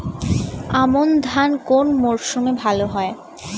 আমন ধান কোন মরশুমে ভাল হয়?